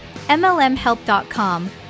mlmhelp.com